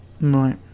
Right